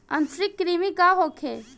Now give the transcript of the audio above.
आंतरिक कृमि का होखे?